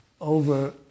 over